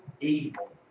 evil